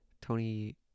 Tony